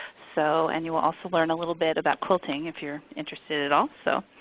so and you will also learn a little bit about quilting if you're interested at all. so